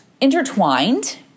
intertwined